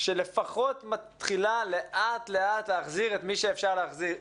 שלפחות מתחילה לאט לאט להחזיר את מי שאפשר להחזיר.